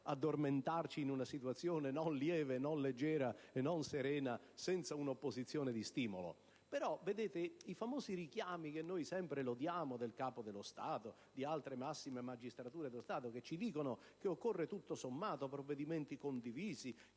addormentarci in una situazione non lieve, non leggera e non serena senza un'opposizione di stimolo. Vorrei sapere però i famosi richiami che sempre lodiamo del Capo dello Stato e di altre massime cariche dello Stato che ci dicono che occorrono, tutto sommato, provvedimenti condivisi